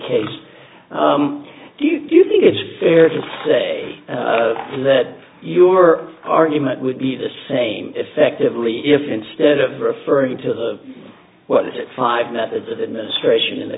case do you think it's fair to say that your argument would be the same effectively if instead of referring to the what is it five methods of administration in the